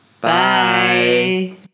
Bye